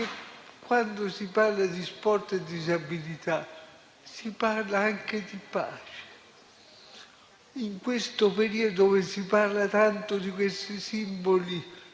quando si parla di sport e disabilità, si parla anche di pace. In questo periodo, dove si parla tanto di questi simboli